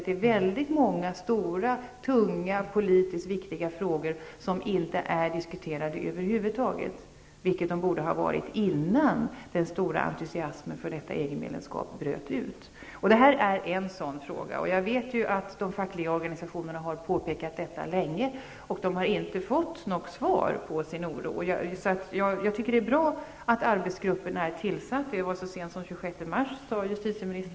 Det är många stora, tunga, politiskt viktiga frågor som inte är diskuterade över huvud taget -- vilket de borde ha varit innan den stora entusiasmen för EG-medlemskap bröt ut. Det här är alltså en sådan fråga. Jag vet att de fackliga organisationerna har påpekat detta länge. Och de har inte fått något svar när de uttryckt sin oro. Jag tycker att det är bra att arbetsgruppen är tillsatt. Det skedde så sent som den 26 mars, sade utrikesministern.